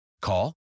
Call